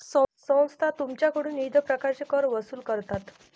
संस्था तुमच्याकडून विविध प्रकारचे कर वसूल करतात